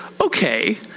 okay